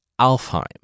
Alfheim